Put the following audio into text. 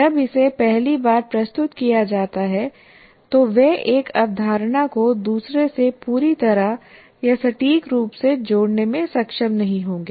जब इसे पहली बार प्रस्तुत किया जाता है तो वे एक अवधारणा को दूसरे से पूरी तरह या सटीक रूप से जोड़ने में सक्षम नहीं होंगे